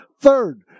third